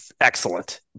excellent